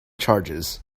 charges